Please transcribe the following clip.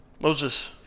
Moses